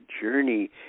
journey